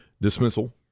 dismissal